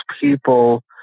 people